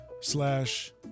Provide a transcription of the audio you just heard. slash